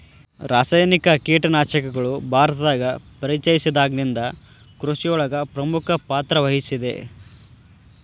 ರಾಸಾಯನಿಕ ಕೇಟನಾಶಕಗಳು ಭಾರತದಾಗ ಪರಿಚಯಸಿದಾಗನಿಂದ್ ಕೃಷಿಯೊಳಗ್ ಪ್ರಮುಖ ಪಾತ್ರವಹಿಸಿದೆ